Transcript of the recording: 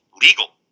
legal